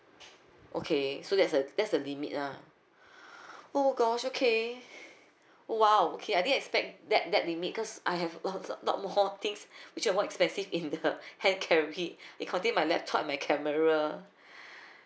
okay so there's a there's a limit lah oh gosh okay !wow! okay I didn't expect that that limit cause I have a a lot more things which were more expensive in the hand carry it contain my laptop and my camera